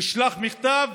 נשלח מכתב